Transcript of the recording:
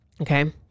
Okay